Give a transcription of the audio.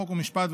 חוק ומשפט,